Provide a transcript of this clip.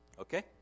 Okay